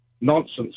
nonsense